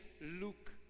look